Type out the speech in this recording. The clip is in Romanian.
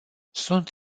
sunt